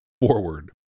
forward